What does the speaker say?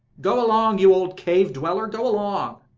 go along, you old cave-dweller go along.